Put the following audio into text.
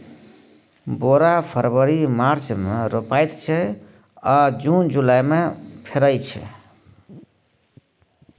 बोरा फरबरी मार्च मे रोपाइत छै आ जुन जुलाई मे फरय छै